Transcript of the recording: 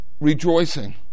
Rejoicing